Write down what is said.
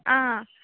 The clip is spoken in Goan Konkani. आं